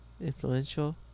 influential